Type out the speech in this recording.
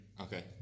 Okay